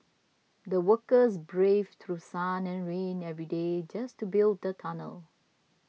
the workers braved through sun and rain every day just to build the tunnel